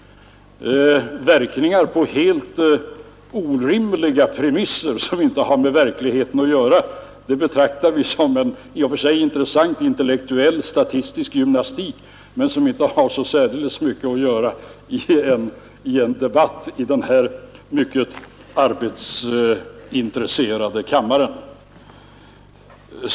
Verkningar på helt orimliga premisser, som inte har med verkligheten att göra, betraktar vi som en i och för sig intressant intellektuell statistisk gymnastik men som inte har så särdeles mycket att göra i en debatt i denna mycket arbetsbelastade kammare.